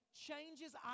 changes